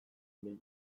bila